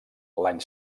l’any